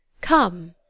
Come